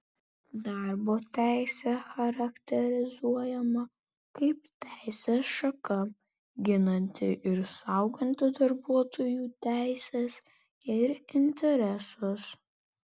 darbo teisė charakterizuojama kaip teisės šaka ginanti ir sauganti darbuotojų teises ir interesus